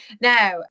now